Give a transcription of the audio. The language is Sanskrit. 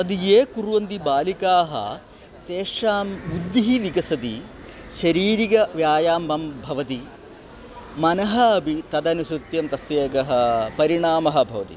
तद् ये कुर्वन्ति बालिकाः तेषाम् बुद्धिः विकसति शारीरिकं व्यायामं भवति मनः अपि तदनुसृत्य तस्य एकः परिणामः भवति